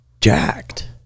jacked